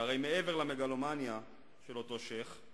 שהרי מעבר למגלומניה של אותו שיח',